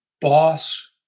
boss